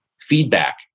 feedback